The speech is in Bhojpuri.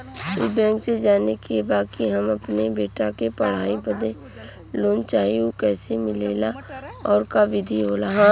ई बैंक से जाने के बा की हमे अपने बेटा के पढ़ाई बदे लोन चाही ऊ कैसे मिलेला और का विधि होला?